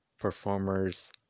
performers